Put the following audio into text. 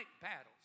battles